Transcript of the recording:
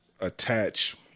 attach